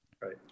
Right